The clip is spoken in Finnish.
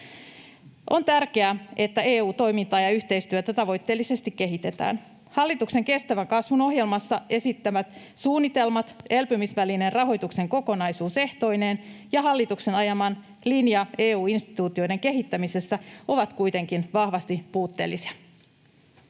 On tärkeää, että EU-toimintaa ja yhteistyötä tavoitteellisesti kehitetään. Hallituksen kestävän kasvun ohjelmassa esittämät suunnitelmat elpymisvälinerahoituksen kokonaisuus-ehtoineen ja hallituksen ajama linja EU-instituutioiden kehittämisessä ovat kuitenkin vahvasti puutteellisia.